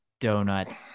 donut